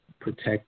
protect